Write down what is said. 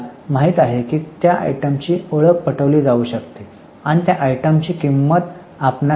आपल्याला माहित आहे की त्या आयटमची ओळख पटविली जाऊ शकते आणि त्या आयटमची किंमत आपणास माहित असू शकते